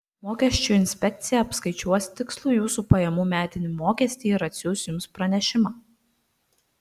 mokesčių inspekcija apskaičiuos tikslų jūsų pajamų metinį mokestį ir atsiųs jums pranešimą